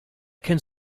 kennt